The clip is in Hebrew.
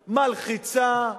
מלחיצה,